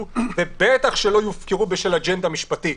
ובטח שלא יופקרו בשל אג'נדה משפטית.